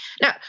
Now